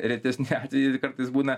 retesni atvejai ir kartais būna